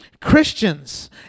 Christians